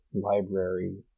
library